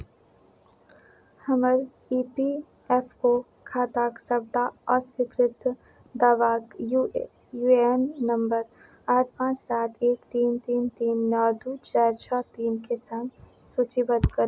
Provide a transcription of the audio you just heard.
हमर E P F O खाताक सबटा अस्वीकृत दावाक U A U N number आठ पाँच सात एक तीन तीन तीन नओ दू चारि छओ तीनके सङ्ग सूचीबद्ध करू